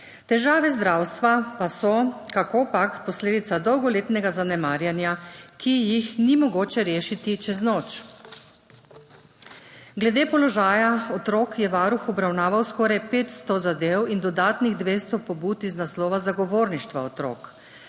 Težave zdravstva pa so kakopak posledica dolgoletnega zanemarjanja, ki jih ni mogoče rešiti čez noč. Glede položaja otrok je Varuh obravnaval skoraj 500 zadev in dodatnih 200 pobud iz naslova zagovorništva otrok.